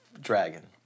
dragon